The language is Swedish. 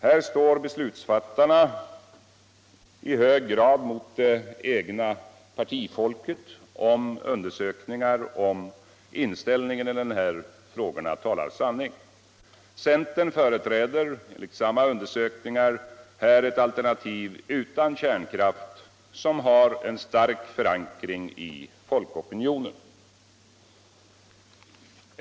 Här står beslutsfattarna i hög grad mot det egna partifolket, om undersökningar rörande inställningen i dessa frågor talar sanning. Centern företräder enligt samma undersökningar här ett alternativ utan kärnkraft som har en stark förankring i folkopinionen.